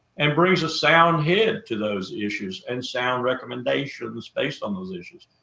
and brings a sound head to those issues, and sound recommendations based on those issues.